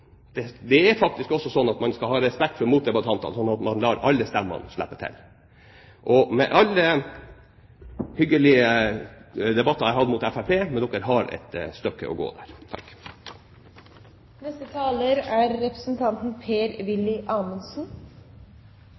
debatten. Det er faktisk også sånn at man skal ha respekt for motdebattantene slik at man lar alle stemmene slippe til. Med respekt for alle hyggelig debatter jeg har hatt med Fremskrittspartiet – dere har et stykke å gå der. Nå er jeg veldig glad for at det ikke er representanten